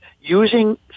using